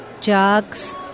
jugs